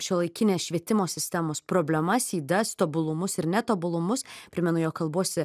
šiuolaikinės švietimo sistemos problemas ydas tobulumus ir netobulumus primenu jog kalbuosi